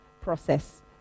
process